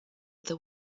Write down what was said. there